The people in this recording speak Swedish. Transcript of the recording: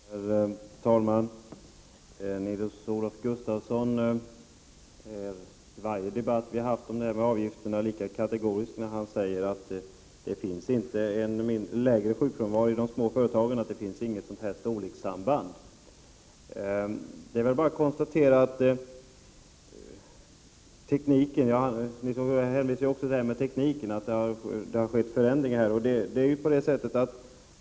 Herr talman! Nils-Olof Gustafsson är vid varje debatt som vi har om dessa avgifter lika kategorisk när han säger att det inte är lägre sjukfrånvaro i de små företagen. Det finns inget storlekssamband, säger han. Han hänvisar också till att det har skett tekniska förändringar.